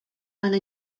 ale